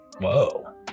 Whoa